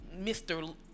Mr